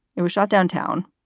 it was shot downtown.